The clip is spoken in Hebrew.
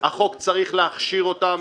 החוק צריך להכשיר אותם,